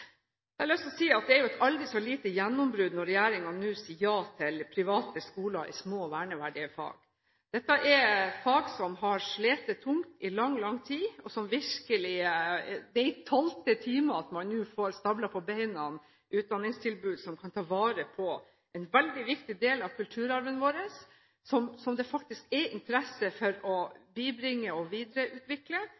Det er et aldri så lite gjennombrudd når regjeringen nå sier ja til private skoler i små og verneverdige fag. Dette er fag som har slitt tungt i lang tid, og det er i tolvte time at man nå får stablet på beina et utdanningstilbud som kan ta vare på en veldig viktig del av kulturarven vår, som det er interesse for å